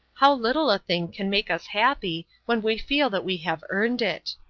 how little a thing can make us happy when we feel that we have earned it!